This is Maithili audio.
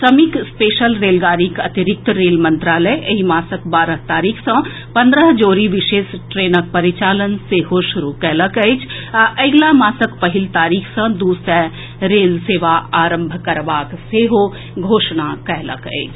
श्रमिक स्पेशल रेलगाड़ीक अतिरिक्त रेल मंत्रालय एहि मासक बारह तारीख सँ पंद्रह जोड़ा विशेष ट्रेनक परिचालन सेहो शुरू कयलक अछि आ अगिला मासक पहिल तारीख सँ दू सय रेल सेवा आरंभ करबाक सेहो घोषणा कयलक अछि